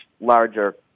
larger